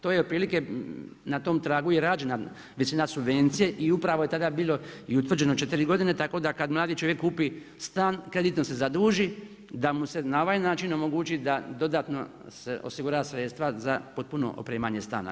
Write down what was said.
To je otprilike na tom tragu i rađena visina subvencije i upravo je tada bilo i utvrđeno 4 godine, tako da kada mladi čovjek kupi stan kreditno se zaduži da mu se na ovaj način omogući da dodatno se osigura sredstva za potpuno opremanje stan.